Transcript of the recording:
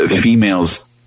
Females